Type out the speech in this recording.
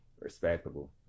respectable